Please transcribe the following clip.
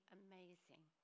amazing